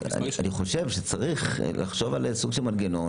אני חושב שצריך לחשוב על סוג של מנגנון,